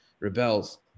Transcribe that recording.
Rebels